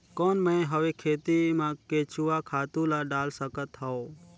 कौन मैं हवे खेती मा केचुआ खातु ला डाल सकत हवो?